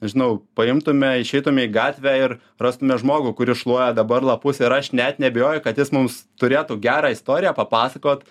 nežinau paimtume išeitume į gatvę ir rastume žmogų kuris šluoja dabar lapus ir aš net neabejoju kad jis mums turėtų gerą istoriją papasakot